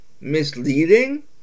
Misleading